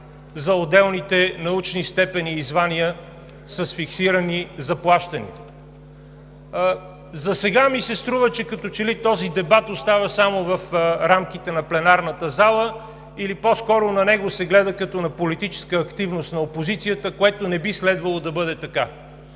за отделните научни степени и звания с фиксирани заплащания. Засега ми се струва, че като че ли този дебат остава само в рамките на пленарната зала или по-скоро на него се гледа като на политическа активност на опозицията, което не би следвало да бъде така.